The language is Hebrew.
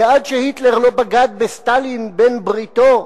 ועד שהיטלר לא בגד בסטלין בעל-בריתו,